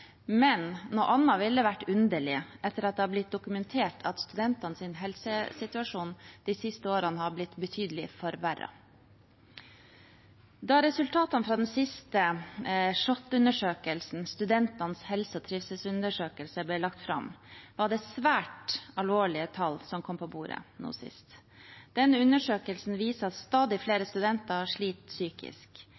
Men noe annet ville vært underlig, etter at det har blitt dokumentert at studentenes helsesituasjon de siste årene har blitt betydelig forverret. Da resultatene fra den siste SHoT-undersøkelsen, Studentenes helse- og trivselsundersøkelse, ble lagt fram, var det svært alvorlige tall som kom på bordet. Denne undersøkelsen viser at stadig flere